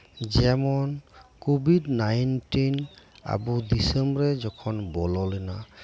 ᱡᱮᱢᱚᱱ Covid nineteen ᱟᱵᱚ ᱫᱤᱥᱚᱢ ᱨᱮ ᱡᱚᱠᱷᱚᱱ ᱵᱚᱞᱚ ᱞᱮᱱᱟ